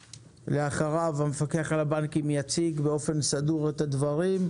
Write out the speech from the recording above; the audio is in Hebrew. אחריו המפקח על הבנקים יציג באופן סדור את הדברים,